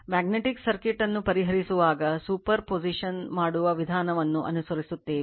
magnetic circuit ಅನ್ನು ಪರಿಹರಿಸುವಾಗ superposition ಮಾಡುವ ವಿಧಾನವನ್ನು ಅನುಸರಿಸುತ್ತೇವೆ